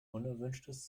unerwünschtes